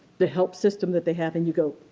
the help system that they have and you go